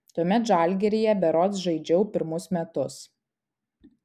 tuomet žalgiryje berods žaidžiau pirmus metus